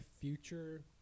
future